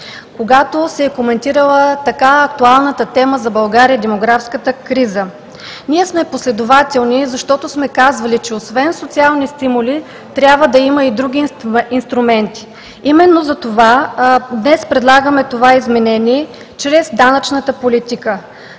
когато се е коментирала така актуалната тема за България – демографската криза. Ние сме последователни, защото сме казвали, че освен социални стимули трябва да има и други инструменти. Именно затова днес предлагаме това изменение чрез данъчната политика,